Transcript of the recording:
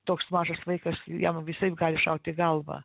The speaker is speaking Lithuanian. toks mažas vaikas jam visaip gali šaut į galvą